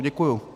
Děkuju.